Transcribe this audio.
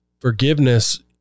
Forgiveness